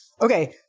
okay